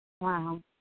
Wow